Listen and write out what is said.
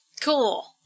Cool